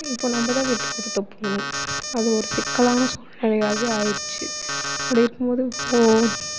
இப்போ நம்ம தான் விட்டு கொடுத்துப் போகணும் அது ஒரு சிக்கலான சூழ்நிலையாகவே ஆகிடுச்சி அப்படி இருக்கும்போது இப்போது